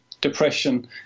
depression